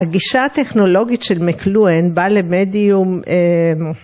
הגישה הטכנולוגית של מקלואין באה למדיום